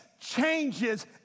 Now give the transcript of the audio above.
changes